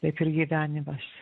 taip ir gyvenimas